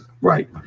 Right